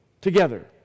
together